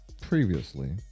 previously